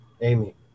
Amy